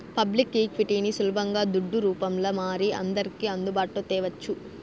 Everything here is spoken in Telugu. పబ్లిక్ ఈక్విటీని సులబంగా దుడ్డు రూపంల మారి అందర్కి అందుబాటులో తేవచ్చు